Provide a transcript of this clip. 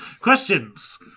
Questions